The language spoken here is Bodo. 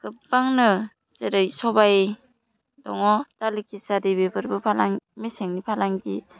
गोबांनो जेरै सबाय दङ दालि खेसारि बेफोरबो फालां मेसेंनि फालांगि